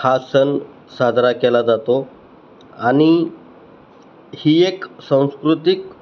हा सण साजरा केला जातो आणि ही एक संस्कृतिक